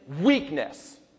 weakness